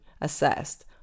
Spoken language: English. assessed